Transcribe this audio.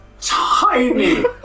tiny